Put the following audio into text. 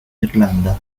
irlanda